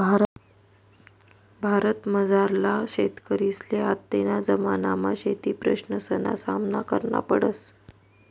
भारतमझारला शेतकरीसले आत्तेना जमानामा शेतीप्रश्नसना सामना करना पडस